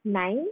nine